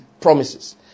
promises